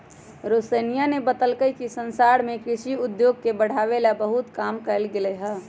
रोशनीया ने बतल कई कि संसार में कृषि उद्योग के बढ़ावे ला बहुत काम कइल गयले है